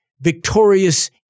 victorious